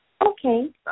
Okay